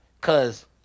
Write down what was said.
cause